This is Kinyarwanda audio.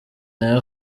nayo